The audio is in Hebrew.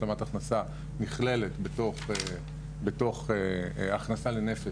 השלמת הכנסה נכללת בתוך הכנסה לנפש